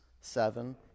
seven